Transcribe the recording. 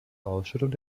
ausschüttung